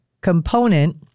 component